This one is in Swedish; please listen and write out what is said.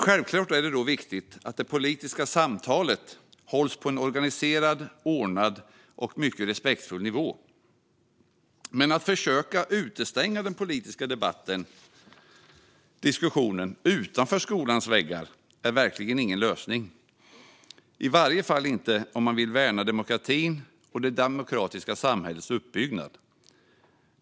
Självklart är det viktigt att det politiska samtalet hålls på en organiserad, ordnad och respektfull nivå. Men att försöka utestänga den politiska debatten och diskussionen utanför skolans väggar är verkligen ingen lösning, i varje fall inte om man vill värna demokrati och det demokratiska samhällets uppbyggnad.